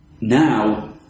Now